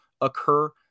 occur